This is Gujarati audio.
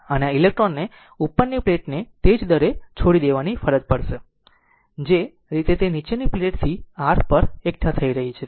અને આ ઇલેક્ટ્રોન ને ઉપરની પ્લેટને તે જ દરે છોડી દેવાની ફરજ પાડશે જે રીતે તે નીચેની પ્લેટથી r પર એકઠા થઈ હતી